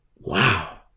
Wow